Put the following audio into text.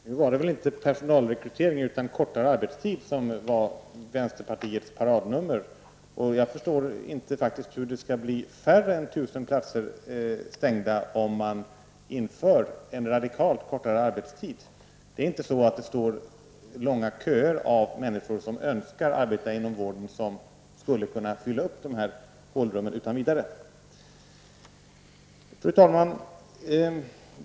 Fru talman! Nu var det väl inte personalrekrytering utan kortare arbetstid som var vänsterpartiets paradnummer. Jag förstår faktiskt inte hur antalet stängda platser skall bli mindre än 1 000 om man inför en radikalt kortare arbetstid. Det är inte så att det står långa köer av människor som önskar arbeta inom vården och som skulle kunna fylla upp dessa tomrum utan vidare. Fru talman!